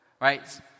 Right